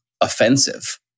offensive